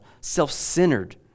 self-centered